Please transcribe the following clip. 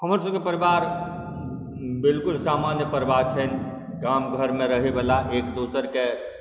हमर सबके परिवार बिलकुल सामान्य परिवार छनि गामघरमे रहैवला एक दोसरके